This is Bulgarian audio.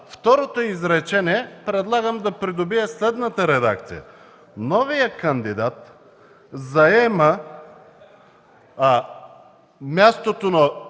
Второто изречение предлагам да придобие следната редакция: „Новият кандидат заема освободеното